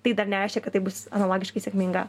tai dar nereiškia kad tai bus analogiškai sėkminga